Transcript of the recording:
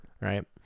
Right